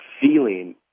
feeling